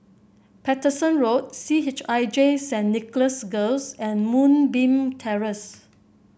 Paterson Road C H I J Saint Nicholas Girls and Moonbeam Terrace